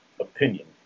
opinion